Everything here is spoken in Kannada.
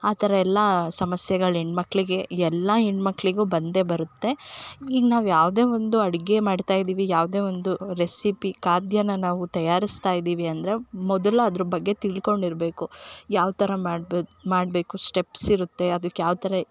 ಆ ಥರ ಎಲ್ಲ ಸಮಸ್ಯೆಗಳು ಹೆಣ್ಣು ಮಕ್ಕಳಿಗೆ ಎಲ್ಲ ಹೆಣ್ಣು ಮಕ್ಕಳಿಗೂ ಬಂದೆ ಬರುತ್ತೆ ಈಗ ನಾವು ಯಾವುದೇ ಒಂದು ಅಡಿಗೆ ಮಾಡ್ತಾಯಿದೀವಿ ಯಾವುದೇ ಒಂದು ರೆಸಿಪಿ ಖಾದ್ಯನ ನಾವು ತಯಾರಿಸ್ತಾಯಿದೀವಿ ಅಂದರೆ ಮೊದಲು ಅದ್ರ ಬಗ್ಗೆ ತಿಳ್ಕೊಂಡಿರಬೇಕು ಯಾವ್ತರ ಮಾಡ್ಬೌದು ಮಾಡಬೇಕು ಸ್ಟೆಪ್ಸ್ ಇರುತ್ತೆ ಅದಕ್ಕೆ ಯಾವ್ತರ